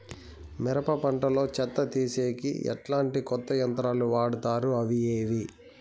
మిరప పంట లో చెత్త తీసేకి ఎట్లాంటి కొత్త యంత్రాలు వాడుతారు అవి ఏవి?